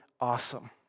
awesome